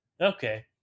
okay